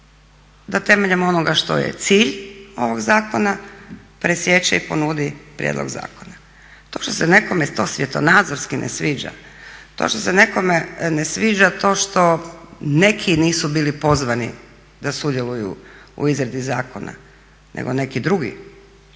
da temeljem onoga što je cilj ovog zakona presječe i ponudi prijedlog zakona. To što se nekome to svjetonazorski ne sviđa, to što se nekome ne sviđa to što neki nisu bili pozvani da sudjeluju u izradi zakona nego neki drugi,